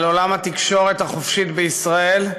על עולם התקשורת החופשית בישראל,